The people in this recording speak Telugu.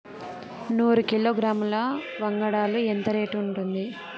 నూరు కిలోగ్రాముల వంగడాలు ఎంత రేటు ఉంటుంది?